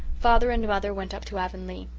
father and mother went up to avonlea.